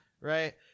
right